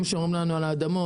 הם שומרים לנו על האדמות,